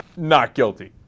not guilty